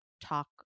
talk